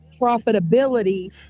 profitability